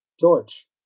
George